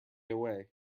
away